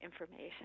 information